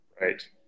Right